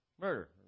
murder